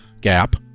GAP